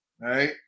right